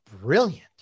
brilliant